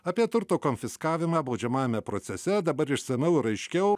apie turto konfiskavimą baudžiamajame procese dabar išsamiau ir aiškiau